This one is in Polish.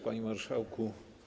Panie Marszałku!